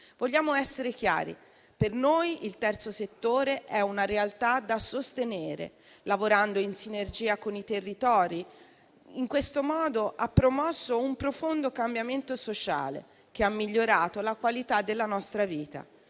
Vogliamo essere chiari: per noi il terzo settore è una realtà da sostenere lavorando in sinergia con i territori. In questo modo ha promosso un profondo cambiamento sociale, che ha migliorato la qualità della nostra vita.